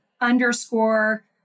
underscore